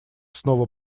снова